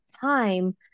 time